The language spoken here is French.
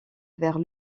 vers